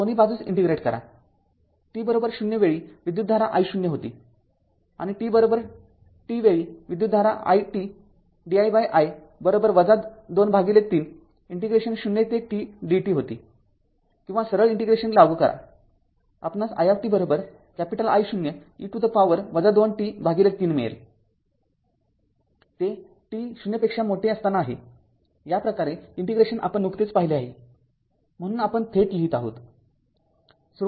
आता दोन्ही बाजूस इंटिग्रेट करा t 0 वेळी विद्युतधारा I0 होती आणि tt वेळी विद्युतधारा itdii २३ इंटिग्रेशन 0 ते t dt होती किंवा सरळ इंटिग्रेशन लागू करा आपणास itI0 e to the power २t३ मिळेल ते t 0 साठी आहे याप्रकारचे इंटिग्रेशन आपण नुकतेच पाहिले आहे म्हणून आपण थेट लिहीत आहे